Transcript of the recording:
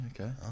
okay